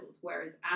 whereas